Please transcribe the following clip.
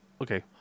Okay